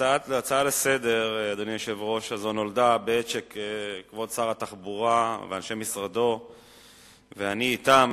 ההצעה הזאת לסדר-היום נולדה בעת שכבוד שר התחבורה ואנשי משרדו ואני אתם